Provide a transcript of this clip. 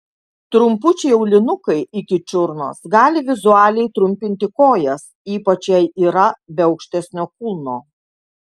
trumpučiai aulinukai iki čiurnos gali vizualiai trumpinti kojas ypač jei yra be aukštesnio kulno